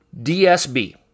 DSB